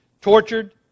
tortured